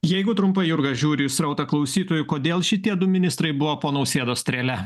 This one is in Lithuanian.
jeigu trumpai jurga žiūri į srautą klausytojų kodėl šitie du ministrai buvo nausėdos strėle